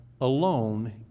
alone